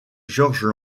georges